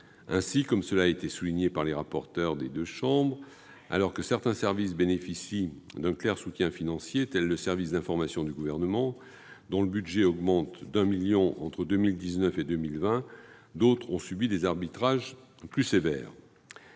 Ainsi, comme l'ont souligné les rapporteurs spéciaux des deux assemblées, alors que certains services bénéficient d'un clair soutien financier, tel le service d'information du Gouvernement (SIG), dont le budget augmente de 1 million d'euros entre 2019 et 2020, d'autres ont subi des arbitrages plus sévères.